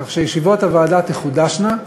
כך שישיבות הוועדה תחודשנה,